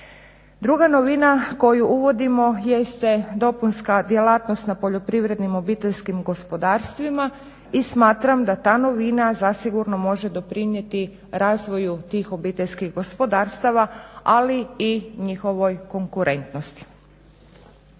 Druga novina koju uvodimo jeste dopunska djelatnost na poljoprivrednim OPG-ima i smatram da ta novina zasigurno može doprinijeti razvoju tih OPG-a ali i njihovoj konkurentnosti.